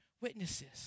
witnesses